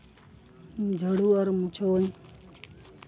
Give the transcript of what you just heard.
ᱡᱷᱟᱹᱲᱩ ᱟᱨ ᱢᱩᱪᱷᱟᱹᱣ ᱟᱹᱧ